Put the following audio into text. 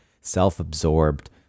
self-absorbed